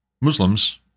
Muslims